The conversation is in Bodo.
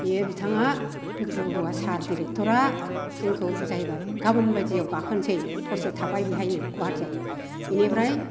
बियो बिथाङा रुद्र बरुवा सार डिरेक्टरआ जोंखौ बुजायबाय गाबोन बायदियाव गाखोनोसै हरसे थाबाय बेहायनो बेनिफ्राय